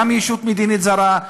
גם על ישות מדינית זרה,